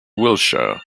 wiltshire